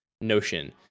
notion